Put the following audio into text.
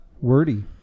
Wordy